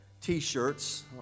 t-shirts